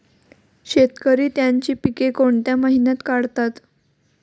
शेतकरी त्यांची पीके कोणत्या महिन्यात काढतात?